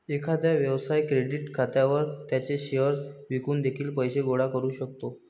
एखादा व्यवसाय क्रेडिट खात्यावर त्याचे शेअर्स विकून देखील पैसे गोळा करू शकतो